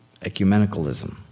Ecumenicalism